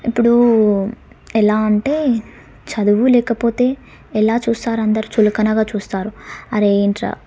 ఇప్పుడూ ఎలా అంటే చదువు లేకపోతే ఎలా చూస్తారు అందరు చులకనగా చూస్తారు అరే ఏంట్రా